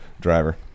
driver